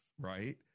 right